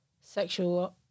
sexual